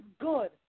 good